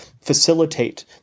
facilitate